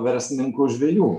verslininkų žvejų